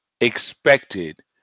expected